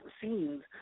scenes